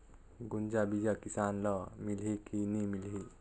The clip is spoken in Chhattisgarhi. गुनजा बिजा किसान ल मिलही की नी मिलही?